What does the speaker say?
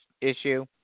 issue